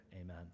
Amen